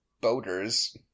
boaters